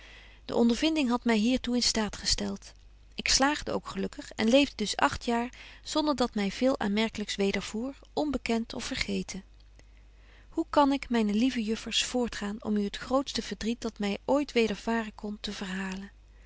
de ondervinding hadt my hier toe in staat gestelt ik slaagde ook gelukkig en leefde dus agt jaar zonder dat my veel aanmerkelyks wedervoer onbekent of vergeten hoe kan ik myne lieve juffers voortgaan om u het grootste verdriet dat my ooit wedervaren kon te verhalen